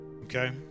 okay